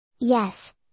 Yes